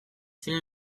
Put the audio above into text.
film